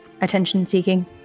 attention-seeking